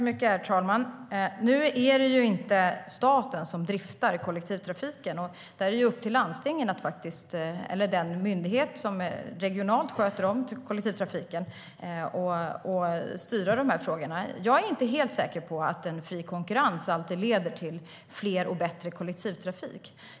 Herr talman! Nu är det inte staten som driver kollektivtrafiken. Det är upp till landstingen eller den myndighet som regionalt sköter om kollektivtrafiken att styra de här frågorna. Jag är inte helt säker på att en fri konkurrens alltid leder till mer och bättre kollektivtrafik.